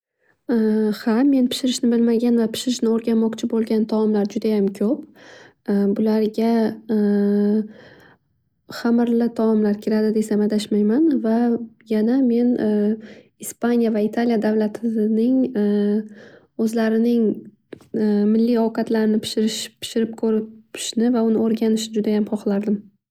Ha men pishirishni bilmaganva o'rganmoqchi bo'lgan taomlar judayam ko'p. Bularga hamirli ovqatlar kiradi desam adashmayman. Yana men ispaniya va italiya davlatining o'zlarining millliy ovqatlarini pishirishni va o'rganishni juda ham hohlardim.